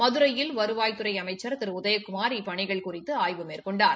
மதுரையில் வருவாய்த்துறை அமைச்சா் திரு உதயகுமார் இப்பணிகள் குறித்து அய்வு மேற்கொண்டார்